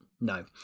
no